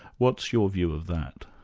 what's your view of that?